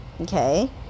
okay